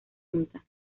punta